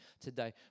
today